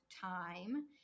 time